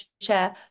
share